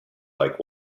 like